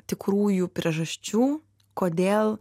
tikrųjų priežasčių kodėl